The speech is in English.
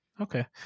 okay